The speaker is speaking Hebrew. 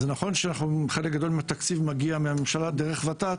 זה נכון שחלק גדול מהתקציב מגיע מהממשלה דרך ות"ת,